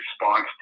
response